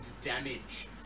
damage